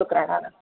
கொடுக்குறேன் நான்